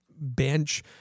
bench